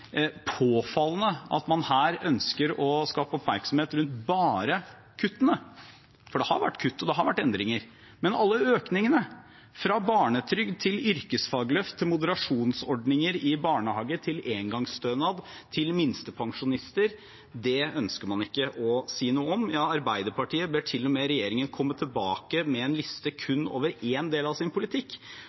påfallende at man her ønsker å skape oppmerksomhet bare rundt kuttene, for det har vært kutt, og det har vært endringer, men alle økningene, fra barnetrygd, yrkesfagløft og moderasjonsordninger i barnehager til engangsstønad til minstepensjonister, ønsker man ikke å si noe om. Arbeiderpartiet ber til og med regjeringen om å komme tilbake med en liste over kun én del av sin politikk.